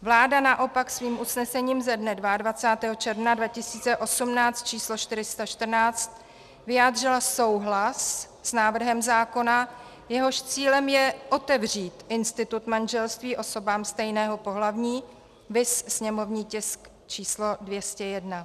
Vláda naopak svým usnesením ze dne 22. června 2018 č. 414 vyjádřila souhlas s návrhem zákona, jehož cílem je otevřít institut manželství osobám stejného pohlaví, viz sněmovní tisk č. 201.